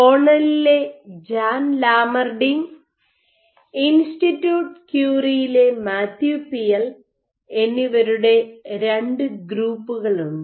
കോർണലിലെ Jan Lammerding institute ക്യൂറിയിലെ Mathieu Piel എന്നിവരുടെ രണ്ടു ഗ്രൂപ്പുകളുണ്ട്